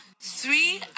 three